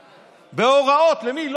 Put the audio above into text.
בהוראות, למי?